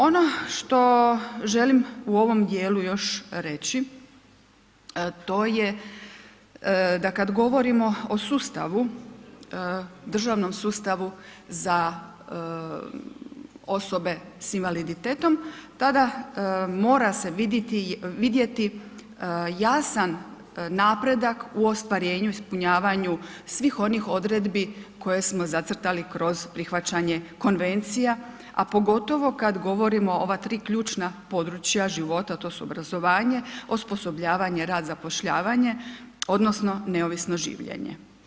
Ono što želim u ovom djelu još reći, to je da kad govorimo o sustavu, državnom sustavu za osobe sa invaliditetom, tada mora se vidjeti jasan napredak u ostvarenju, ispunjavanju svih onih odredbi koje smo zacrtali kroz prihvaćanje konvencija a pogotovo kad govorimo o ova tri ključna područja života, a to su obrazovanje, osposobljavanje, rad, zapošljavanje odnosno neovisno življenje.